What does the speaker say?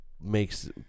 makes